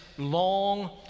long